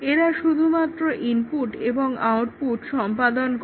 এরা শুধুমাত্র ইনপুট এবং আউটপুট সম্পাদন করে